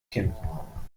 kinn